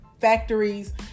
factories